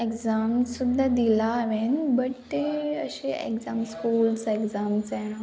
exam सुद्दां दिला हांवेंन बट तें अशे exam schools exams and all